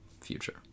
future